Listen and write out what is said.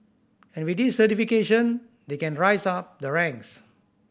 and with this certification they can rise up the ranks